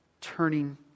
turning